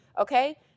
Okay